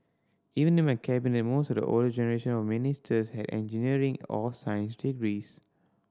even in my Cabinet most of the older generation of ministers had engineering or science degrees